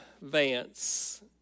Vance